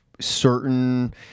certain